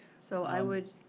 so i would,